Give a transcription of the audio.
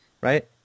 right